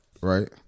right